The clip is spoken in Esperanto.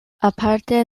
aparte